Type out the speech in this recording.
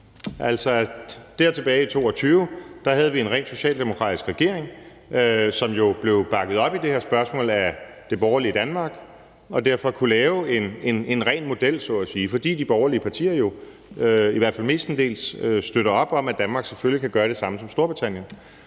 Tilbage i 2022 havde vi en rent socialdemokratisk regering, som jo blev bakket op i det her spørgsmål af det borgerlige Danmark og derfor så at sige kunne lave en ren model, altså fordi de borgerlige partier, i hvert fald mestendels, støtter op om, at Danmark selvfølgelig kan gøre det samme som Storbritannien.